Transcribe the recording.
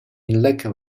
lake